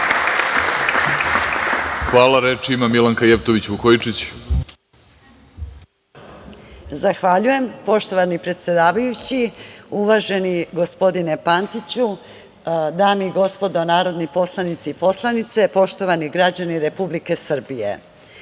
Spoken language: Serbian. **Milanka Jevtović Vukojičić** Zahvaljujem. Poštovani predsedavajući, uvaženi gospodine Pantiću, dame i gospodo narodni poslanici i poslanice, poštovani građani Republike Srbije,